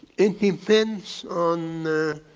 it depends on